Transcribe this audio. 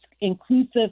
inclusive